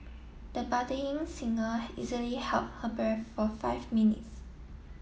the budding singer easily held her breath for five minutes